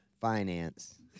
Finance